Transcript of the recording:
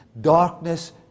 Darkness